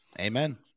Amen